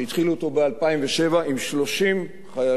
שהתחילו אותו ב-2007 עם 30 חיילים